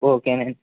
okay అండి